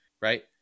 right